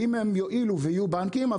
אם הם יואילו ויהיו בנקים,